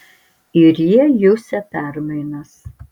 ir jie jusią permainas